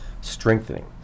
strengthening